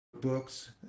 books